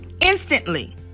Instantly